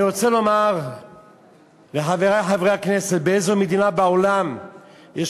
אני רוצה לומר לחברי חברי הכנסת: באיזו מדינה בעולם יש